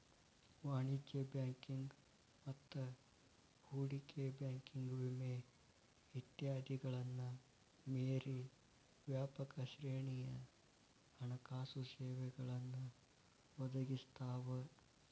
ವಾಣಿಜ್ಯ ಬ್ಯಾಂಕಿಂಗ್ ಮತ್ತ ಹೂಡಿಕೆ ಬ್ಯಾಂಕಿಂಗ್ ವಿಮೆ ಇತ್ಯಾದಿಗಳನ್ನ ಮೇರಿ ವ್ಯಾಪಕ ಶ್ರೇಣಿಯ ಹಣಕಾಸು ಸೇವೆಗಳನ್ನ ಒದಗಿಸ್ತಾವ